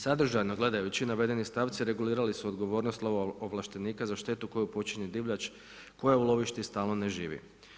Sadržajno gledajući navedeni stavci regulirali su odgovornost lovo ovlaštenika za štetu koju počini divljač koja u lovištu stalno ne živi.